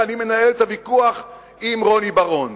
אני מקיים את הוויכוח עם רוני בר-און.